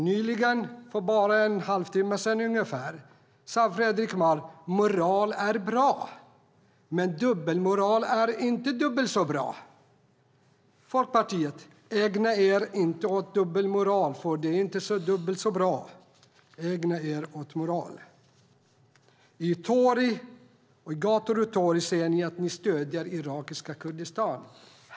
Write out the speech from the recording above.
Nyligen, för bara en halvtimme sedan, sade Fredrik Malm att moral är bra. Men dubbelmoral är inte dubbelt så bra, Folkpartiet. Ägna er åt moral i stället! På gator och torg säger ni att ni stöder irakiska Kurdistan.